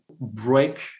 break